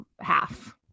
half